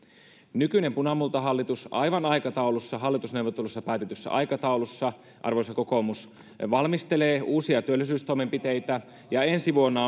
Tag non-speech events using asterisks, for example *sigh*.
nykyinen punamultahallitus aivan aikataulussa hallitusneuvotteluissa päätetyssä aikataulussa arvoisa kokoomus valmistelee uusia työllisyystoimenpiteitä ja ensi vuonna *unintelligible*